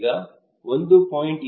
ಈಗ 1